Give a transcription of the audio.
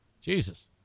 jesus